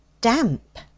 damp